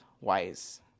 wise